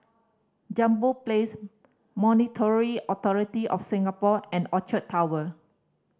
Jambol Place Monetary Authority Of Singapore and Orchard Tower